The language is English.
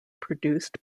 produced